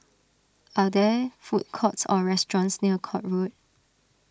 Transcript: are there food courts or restaurants near Court Road